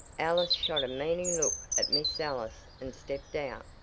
alice shot a meaning look at miss ellis and stepped out.